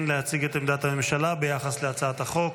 להציג את עמדת הממשלה ביחס להצעת החוק.